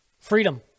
Freedom